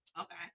Okay